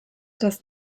das